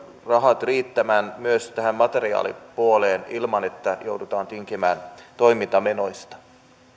rahat riittämään myös tähän materiaalipuoleen ilman että joudutaan tinkimään toimintamenoista myönnän